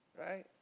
Right